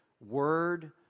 word